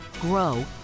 grow